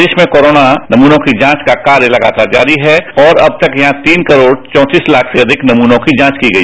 प्रदेश में कोरना नमूनों की जांच का कार्य लगातार जारी है और अब तक यहां तीन करोड़ अ लाख से अधिक नमूनों की जांच की गई